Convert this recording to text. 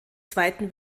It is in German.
zweiten